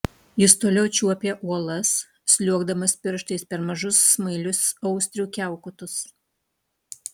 jis toliau čiuopė uolas sliuogdamas pirštais per mažus smailius austrių kiaukutus